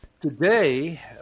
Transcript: Today